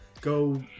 go